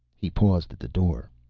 he paused at the door.